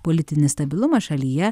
politinį stabilumą šalyje